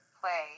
play